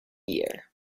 year